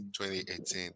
2018